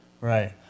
Right